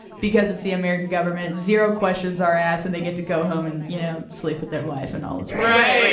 because it's the american government, zero questions are asked, and they get to go home and you know sleep with their wife and all is right. right.